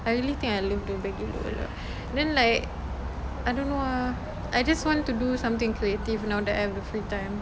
I really think I love the baggy look a lot then like I don't know ah I just want to do something creative not that I've the free time